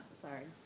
sorry.